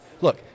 Look